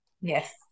Yes